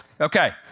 okay